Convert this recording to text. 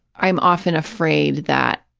i'm often afraid that,